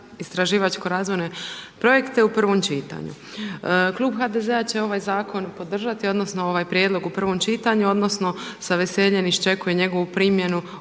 istraživačke razvojne projekte u prvom čitanju. Klub HDZ-a će ovaj zakon podržati odnosno ovaj prijedlog u prvom čitanju odnosno sa veseljem iščekujem njegovu primjenu